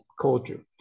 culture